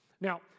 Now